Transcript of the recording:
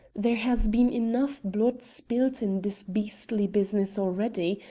there has been enough blood spilt in this beastly business already,